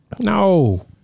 No